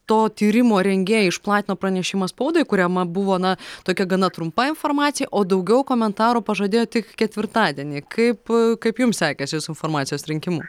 to tyrimo rengėjai išplatino pranešimą spaudai kuriame buvo na tokia gana trumpa informacija o daugiau komentarų pažadėjo tik ketvirtadienį kaip kaip jums sekėsi su informacijos rinkimu